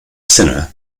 sinner